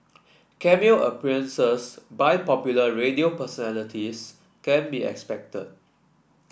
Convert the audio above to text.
Cameo appearances by popular radio personalities can be expected